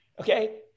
Okay